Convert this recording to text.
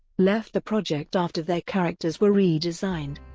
left the project after their characters were re-designed.